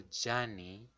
journey